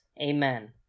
Amen